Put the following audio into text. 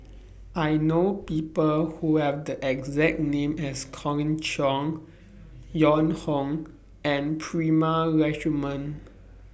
I know People Who Have The exact name as Colin Cheong Joan Hon and Prema Letchumanan